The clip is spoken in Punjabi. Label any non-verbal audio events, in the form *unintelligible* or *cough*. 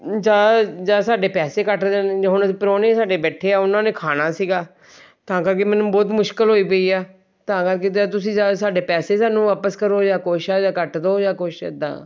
ਜਾ ਜਾ ਸਾਡੇ ਪੈਸੇ ਕੱਟ *unintelligible* ਹੁਣ ਪ੍ਰੋਹਣੇ ਸਾਡੇ ਬੈਠੇ ਆ ਉਹਨਾਂ ਨੇ ਖਾਣਾ ਸੀਗਾ ਤਾਂ ਕਰਕੇ ਮੈਨੂੰ ਬਹੁਤ ਮੁਸ਼ਕਿਲ ਹੋਈ ਪਈ ਹੈ ਤਾਂ ਕਰਕੇ ਕਿੱਦਾਂ ਤੁਸੀਂ ਸਾਡੇ ਪੈਸੇ ਸਾਨੂੰ ਵਾਪਸ ਕਰੋ ਜਾਂ ਕੁਛ ਆ ਜਾਂ ਕੱਟ ਦੋ ਜਾਂ ਕੁਛ ਇੱਦਾਂ